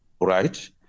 right